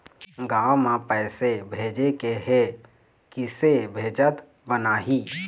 गांव म पैसे भेजेके हे, किसे भेजत बनाहि?